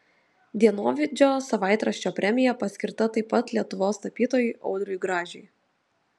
dienovidžio savaitraščio premija paskirta taip pat lietuvos tapytojui audriui gražiui